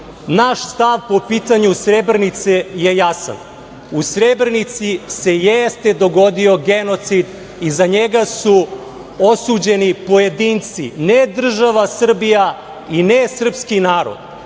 naš stav po pitanju Srebrenice je jasan. U Srebrenici se jeste dogodio genocid i za njega su osuđeni pojedinci, ne država Srbija i ne srpski narod.